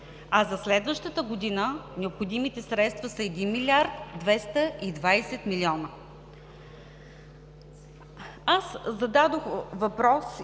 а за следващата година необходимите средства са 1 млрд. и 220 млн.